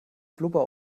blubber